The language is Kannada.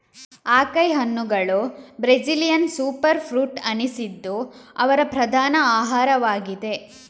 ಅಕೈ ಹಣ್ಣುಗಳು ಬ್ರೆಜಿಲಿಯನ್ ಸೂಪರ್ ಫ್ರೂಟ್ ಅನಿಸಿದ್ದು ಅವರ ಪ್ರಧಾನ ಆಹಾರವಾಗಿದೆ